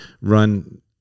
run